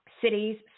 cities